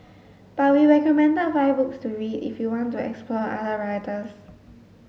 but we recommend five books to read if you want to explore other writers